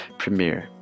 premiere